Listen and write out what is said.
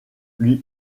lui